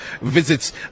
visits